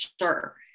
sure